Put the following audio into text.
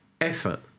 Effort